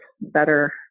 better